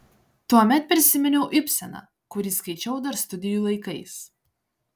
tuomet prisiminiau ibseną kurį skaičiau dar studijų laikais